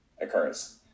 occurs